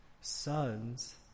sons